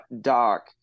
doc